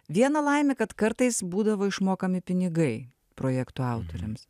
viena laimė kad kartais būdavo išmokami pinigai projekto autoriams